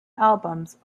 albums